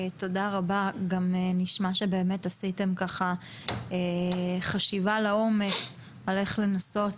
גם נשמע שעשיתם חשיבה לעומק איך לנסות